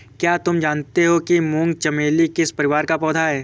क्या तुम जानते हो कि मूंगा चमेली किस परिवार का पौधा है?